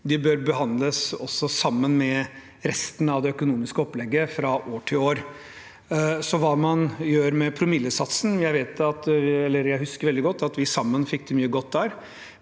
de bør behandles også sammen med resten av det økonomiske opplegget fra år til år. Så hva gjør man med promillesatsen? Jeg husker veldig godt at vi sammen fikk til mye godt der,